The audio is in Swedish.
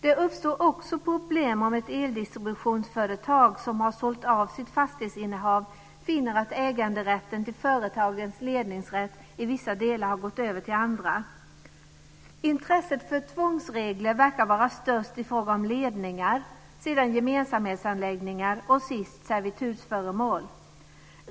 Det uppstår också problem om ett eldistributionsföretag som sålt av sitt fastighetsinnehav finner att äganderätten till företagens ledningsnät i vissa delar har gått över till andra. Intresset för tvångsregler verkar vara störst i fråga om ledningar, mindre stort i fråga om gemensamhetsanläggningar och minst i fråga om servitutsföremål.